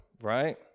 right